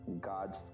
god